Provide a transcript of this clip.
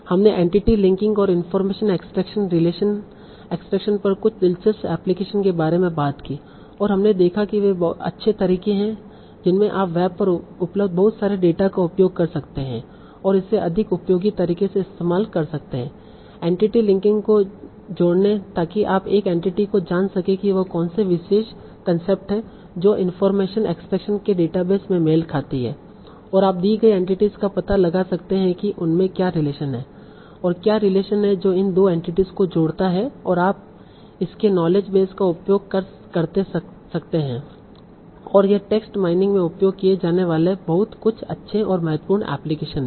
हमने entity linking और information extraction relation extraction पर कुछ दिलचस्प एप्लिकेशन के बारे में बात की और हमने देखा कि वे अच्छे तरीके हैं जिनमें आप वेब पर उपलब्ध बहुत सारे डेटा का उपयोग कर सकते हैं और इसे अधिक उपयोगी तरीके से इस्तेमाल कर सकते हैं एंटिटी लिंकिंग को जोड़ने ताकि आप एक एंटिटी को जान सकें कि वह कौनसे विशेष कंसेप्ट है जो इनफार्मेशन एक्सट्रैक्शन के डेटाबेस में मेल खाती है आप दी गई एंटिटीस का पता लगा सकते हैं की उनमे क्या रिलेशन है और क्या रिलेशन है जो इन 2 एंटिटीस को जोड़ता है और आप इसके नॉलेज बेस का उपयोग करते सकते है और ये टेक्स्ट माइनिंग में उपयोग किए जाने वाले कुछ बहुत अच्छे और महत्वपूर्ण एप्लीकेशन हैं